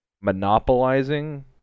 monopolizing